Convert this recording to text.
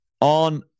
On